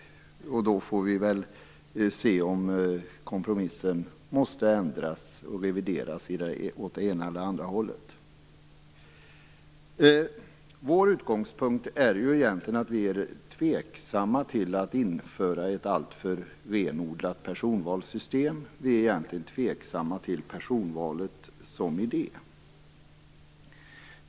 Då får vi se om kompromissen måste revideras åt det ena eller andra hållet. Vår utgångspunkt är att vi är tveksamma till att införa ett alltför renodlat personvalssystem. Vi är egentligen tveksamma till personvalet som idé.